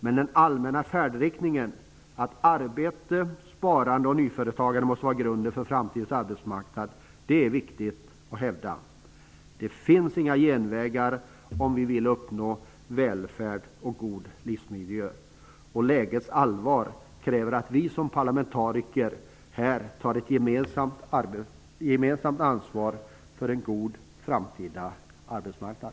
Men den allmänna färdriktningen, att arbete, sparande och nyföretagande måste vara grunden för framtidens arbetsmarknad, är det viktigt att hävda. Det finns inga genvägar för att uppnå välfärd och god livsmiljö. Lägets allvar kräver att vi som parlamentariker tar ett gemensamt ansvar för en god framtida arbetsmarknad.